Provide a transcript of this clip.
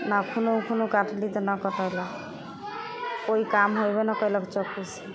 नाखूनो उखूनो काटली तऽ नहि कटलै कोइ काम होइबे नहि कैलक चक्कूसँ